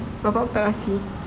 bapa aku tak kasi